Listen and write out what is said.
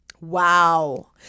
Wow